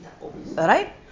Right